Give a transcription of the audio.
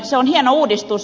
se on hieno uudistus